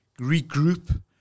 regroup